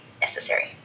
necessary